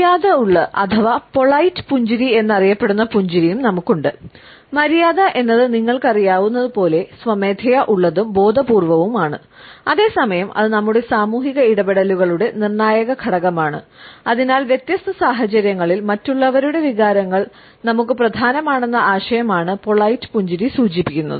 മര്യാദയുള്ള അഥവാ പോലൈറ്റ് പുഞ്ചിരി സൂചിപ്പിക്കുന്നത്